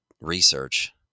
research